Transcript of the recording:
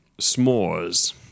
s'mores